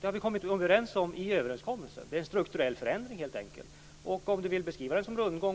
Det har vi kommit överens om i överenskommelsen. Det är helt enkelt en strukturell förändring. Lars Bäckström beskriver det som rundgång.